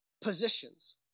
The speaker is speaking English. positions